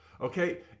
okay